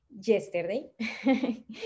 yesterday